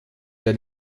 der